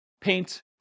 paint